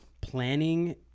Planning